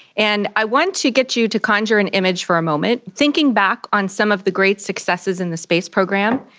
and i want to get you to conjure an image for a moment. thinking back on some of the great successes in the space program,